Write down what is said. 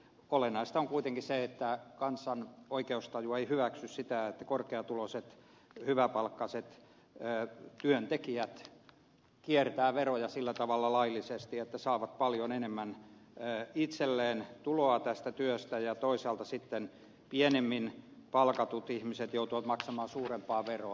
olennaista on kuitenkin se että kansan oikeustaju ei hyväksy sitä että korkeatuloiset hyväpalkkaiset työntekijät kiertävät veroja sillä tavalla laillisesti että he saavat paljon enemmän itselleen tuloa tästä työstä ja toisaalta sitten pienemmin palkatut ihmiset joutuvat maksamaan suurempaa veroa